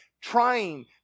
trying